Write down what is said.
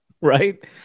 Right